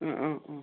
അ അ അ